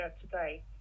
today